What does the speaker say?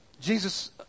Jesus